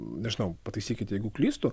nežinau pataisykit jeigu klystu